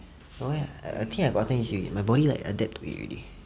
oh ya I think I gotten used to it my body like adapt to it already